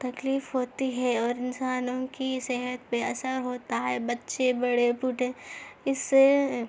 تکلیف ہوتی ہے اور انسانوں کی صحت پہ اثر ہوتا ہے بچے بڑے بوڈھے اس سے